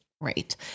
Right